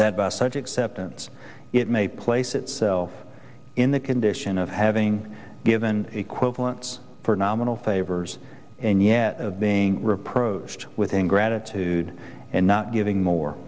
that by such acceptance it may place itself in the condition of having given equivalents for nominal favors and yet being reproached with ingratitude and not giving more